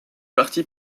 parti